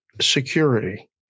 security